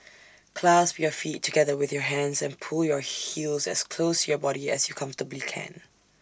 clasp your feet together with your hands and pull your heels as close to your body as you comfortably can